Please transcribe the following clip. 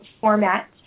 format